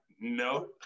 no